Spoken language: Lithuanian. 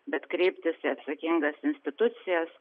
bet kreiptis į atsakingas institucijas